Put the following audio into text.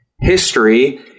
history